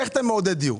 איך אתה מעודד דיור?